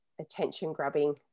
attention-grabbing